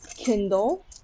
Kindle